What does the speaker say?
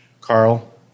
Carl